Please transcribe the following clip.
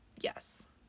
yes